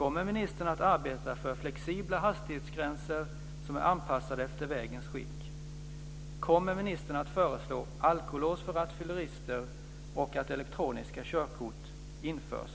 Kommer ministern att arbeta för flexibla hastighetsgränser, som är anpassade efter vägens skick? 5. Kommer ministern att föreslå att alkolås för rattfyllerister och elektroniska körkort införs?